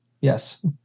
yes